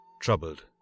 Troubled